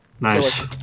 Nice